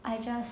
I just